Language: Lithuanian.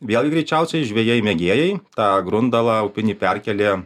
vėlgi greičiausiai žvejai mėgėjai tą grundalą upinį perkėlė